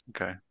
Okay